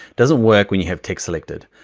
doesn't work when you have text selected.